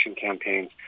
campaigns